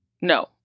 no